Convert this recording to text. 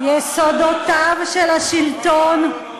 צריך להוריד אותך הבמה.